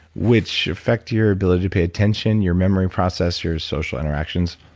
which affect your ability to pay attention, your memory process, your social interactions.